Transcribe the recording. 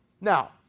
Now